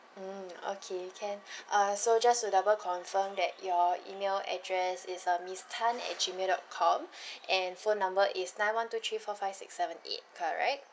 mm okay can uh so just to double confirm that your email address is uh miss tan at G mail dot com and phone number is nine one two three four five six seven eight correct